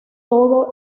toda